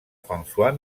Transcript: françois